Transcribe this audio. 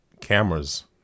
cameras